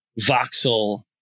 voxel